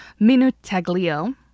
Minutaglio